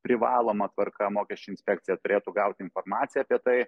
privaloma tvarka mokesčių inspekcija turėtų gauti informaciją apie tai